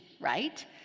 right